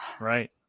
Right